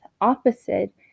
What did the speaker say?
opposite